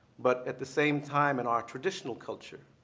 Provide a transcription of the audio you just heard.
but at the same time, in our traditional culture,